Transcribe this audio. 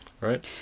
right